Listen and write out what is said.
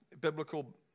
biblical